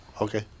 Okay